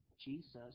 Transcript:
Jesus